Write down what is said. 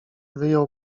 wyjął